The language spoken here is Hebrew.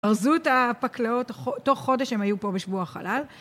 ארזו את הפקלאות, תוך חודש הם היו פה בשבוע החלל.